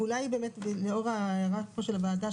אולי באמת לאור ההערה פה של הוועדה,